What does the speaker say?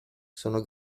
sono